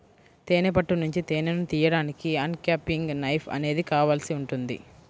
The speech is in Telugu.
తేనె పట్టు నుంచి తేనెను తీయడానికి అన్క్యాపింగ్ నైఫ్ అనేది కావాల్సి ఉంటుంది